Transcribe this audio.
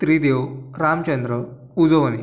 Tridev Ramchandra Ujwane